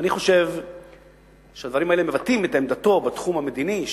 אני חושב שהדברים האלה מבטאים את עמדתו בתחום המדיני,